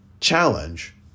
challenge